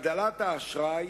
הגדלת האשראי